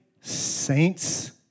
saints